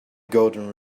golden